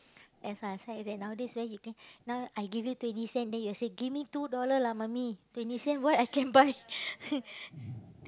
that's why I say nowadays where you think now I give you twenty cent then you say give me two dollar lah mummy twenty cent what I can buy